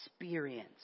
experience